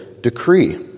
decree